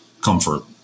comfort